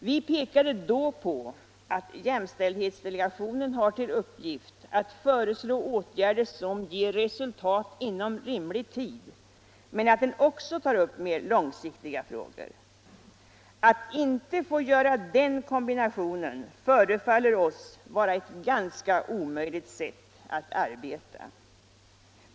Vi pekade då på att jämställdhetsdelegationen har till uppgift att föreslå åtgärder, som ger resultat inom rimlig tid, men att den också tar upp mer långsiktiga frågor. Om den inte får den kombinationen av uppgifter, förefaller oss dess arbete vara ganska omöjligt.